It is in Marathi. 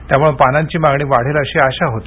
त्यामुळे पानांची मागणी वाढेल अशी आशा होती